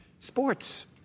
Sports